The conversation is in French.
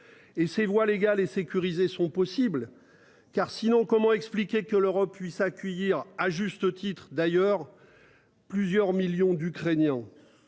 Et ces voies légales et sécuriser sont possible car sinon comment expliquer que l'Europe puisse accueillir à juste titre d'ailleurs. Plusieurs millions d'Ukrainiens.